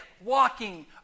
walking